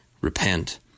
repent